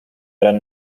gran